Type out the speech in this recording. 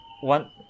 one